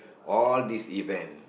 all these event